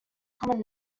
common